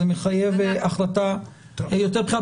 זה מחייב החלטה יותר בכירה.